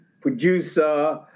producer